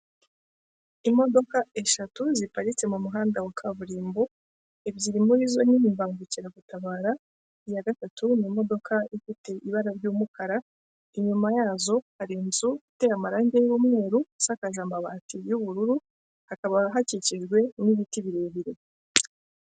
Imodoka eshatu ziparitse mu muhanda wa kaburimbo, ebyiri murizo n'imbangukiragutabara, iya gatatu ni imodoka ifite ibara ry'umukara, inyuma yazo hari inzu iteye amarange y'umweru, isakaje amabati y'ubururu hakaba hakikijwe n'ibiti birebire.